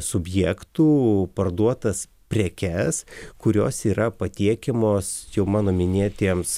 subjektų parduotas prekes kurios yra patiekiamos mano minėtiems